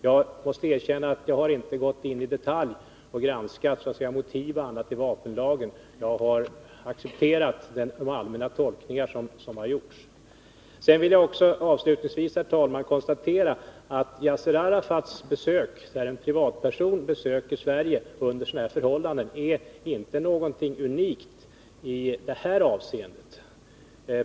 Jag måste erkänna att jag inte har gått in i detalj och granskat motiv och annat i vapenlagen. Jag har accepterat de allmänna tolkningar som har gjorts. Avslutningsvis vill jag, herr talman, konstatera att Yasser Arafats besök — och att en privatperson besöker Sverige under sådana här förhållanden — inte är någonting unikt.